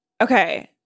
Okay